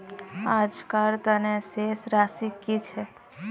आजकार तने शेष राशि कि छे?